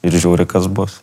ir žiūri kas bus